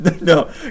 No